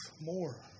more